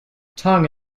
tongue